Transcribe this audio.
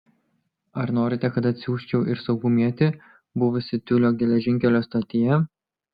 ar norite kad atsiųsčiau ir saugumietį buvusį tiulio geležinkelio stotyje